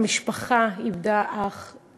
המשפחה איבדה אח,